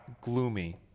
gloomy